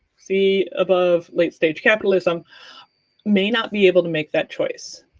see above late-stage capitalism may not be able to make that choice.